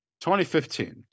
2015